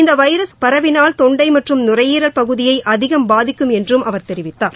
இந்த வைரஸ் பரவினால் தொண்டை மற்றும் நுரையீரல் பகுதியை அதிகம் பாதிக்கும் என்று அவர் தெரிவித்தார்